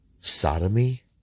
sodomy